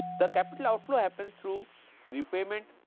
the capital outflow happens through repayment,